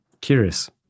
curious